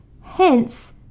Hence